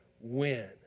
win